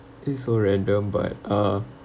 this is so random but uh